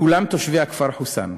כולם תושבי הכפר חוסאן.